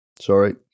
Sorry